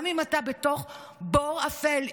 גם אם אתה בתוך בור אפל,